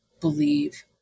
believe